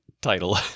title